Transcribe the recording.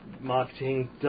marketing